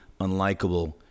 unlikable